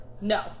No